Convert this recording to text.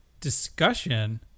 discussion